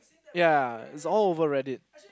ya is all over Reddit